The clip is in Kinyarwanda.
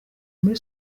muri